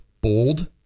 bold